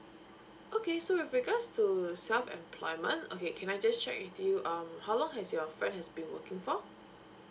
okay so with regards to self employment okay can I just check with you um how long has your friend has been working for